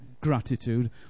gratitude